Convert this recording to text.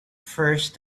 first